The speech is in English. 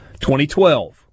2012